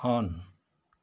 on